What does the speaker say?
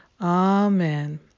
Amen